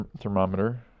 Thermometer